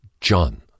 John